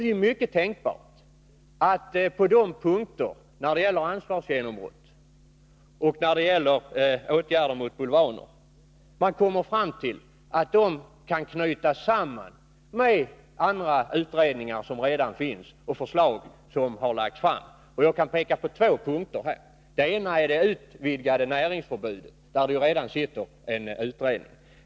Det är mycket tänkbart att man kommer fram till att de frågor som gäller ansvarsgenombrott och bulvaner kan knytas samman med de frågor man arbetar med i andra utredningar och med förslag som har lagts fram. Jag kan i det sammanhanget peka på två frågor. Den ena är det utvidgade näringsförbudet, som en utredning redan arbetar med.